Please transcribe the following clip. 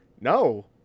no